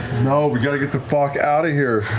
no, we got to get the fuck outta here.